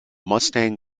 mustang